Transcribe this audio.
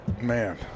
Man